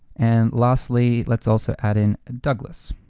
and lastly, let's also add in douglas.